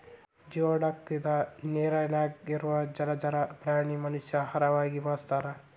geoduck ಇದ ನೇರಿನ್ಯಾಗ ಇರು ಜಲಚರ ಪ್ರಾಣಿ ಮನಷ್ಯಾ ಆಹಾರವಾಗಿ ಬಳಸತಾರ